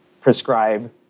prescribe